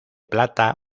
plata